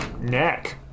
neck